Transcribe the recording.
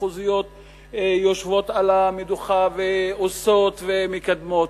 מחוזיות יושבות על המדוכה ועושות ומקדמות,